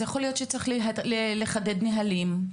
אז יכול להיות שצריך לחדד נהלים,